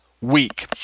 week